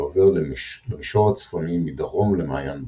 ועובר למישור הצפוני מדרום למעיין ברוך.